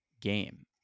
game